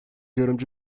yorumcu